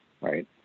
right